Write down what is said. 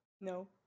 No